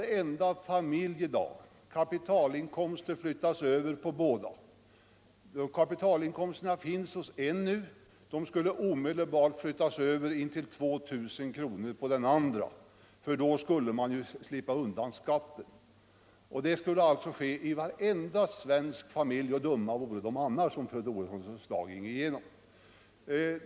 Kapitalinkomsterna finns nu hos en av makarna. De skulle omedelbart flyttas över, intill 2000 kronor, på den andra, för då skulle man ju slippa undan skatten. Det skulle alltså ske i alla svenska familjer — och dumma vore de annars — om fru Troedssons förslag ginge igenom.